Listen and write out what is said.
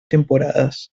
temporadas